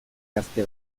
gazte